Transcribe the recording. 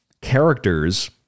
characters